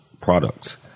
products